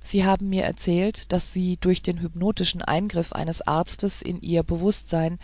sie haben mir erzählt daß sie durch den hypnotischen eingriff eines arztes in ihr bewußtsein